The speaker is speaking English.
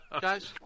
guys